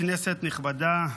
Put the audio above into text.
כנסת נכבדה,